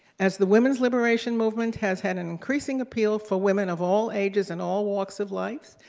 as the women's liberation movement has had an increasing appeal for women of all ages and all walks of life,